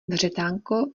vřetánko